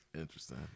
Interesting